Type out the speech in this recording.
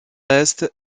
est